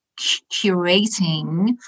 curating